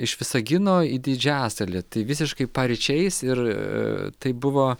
iš visagino į didžiasalį tai visiškai paryčiais ir tai buvo